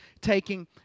taking